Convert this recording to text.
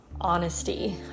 honesty